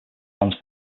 franz